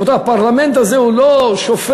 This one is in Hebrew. רבותי, הפרלמנט הזה הוא לא שופע.